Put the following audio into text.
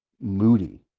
Moody